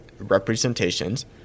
representations